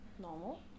normal